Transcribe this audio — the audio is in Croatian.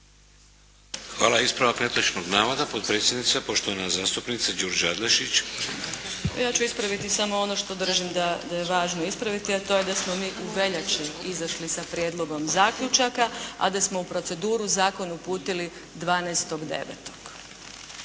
Hvala. Ispravak netočnog navoda. Potpredsjednica, poštovana zastupnica Đurđa Adlešić. **Adlešič, Đurđa (HSLS)** Ja ću ispraviti samo ono što držim da je važno ispraviti, a to je da smo mi u veljači izašli sa prijedlogom zaključaka a da smo u proceduru zakon uputili 12. 9.